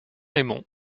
raymond